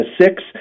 six